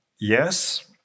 Yes